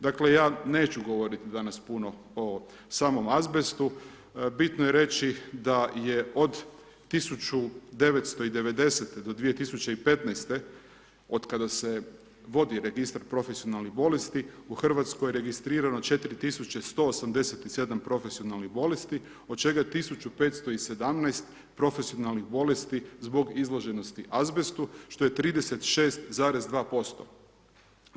Dakle, ja neću govoriti danas puno o samom azbestu, bitno je reći da je od 1990. do 2015. od kada se vodi registar profesionalnih bolesti, u Hrvatskoj je registrirano 4 187 profesionalnih bolesti, od čega je 1517 profesionalnih bolesti zbog izloženosti azbestu, što je 36,2%